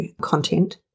content